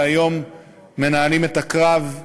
שהיום מנהלים את הקרב.